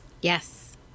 Yes